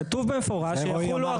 כתוב במפורש שלקחו לו --- רואי,